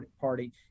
party